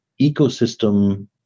ecosystem